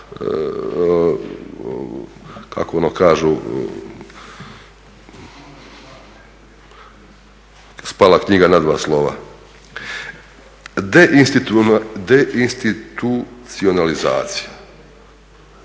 kako ono kažu spala knjiga na dva slova. Deinstitucionalizacija